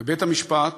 בית-המשפט